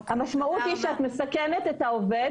המשמעות היא שאת מסכנת את העובד,